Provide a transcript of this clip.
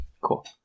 cool